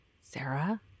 Sarah